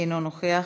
אינו נוכח,